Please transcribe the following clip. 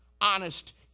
honest